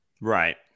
Right